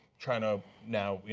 trying to now,